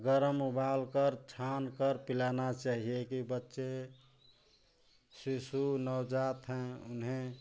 गरम उबाल कर छान कर पिलाना चाहिए कि बच्चे शिशु नवजात हैं उन्हें